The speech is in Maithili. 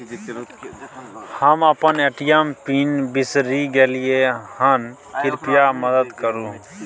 हम अपन ए.टी.एम पिन बिसरि गलियै हन, कृपया मदद करु